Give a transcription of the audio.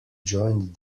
joined